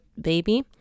baby